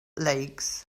lakes